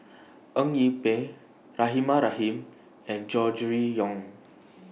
Eng Yee Peng Rahimah Rahim and Gregory Yong